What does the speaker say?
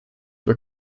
were